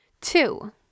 Two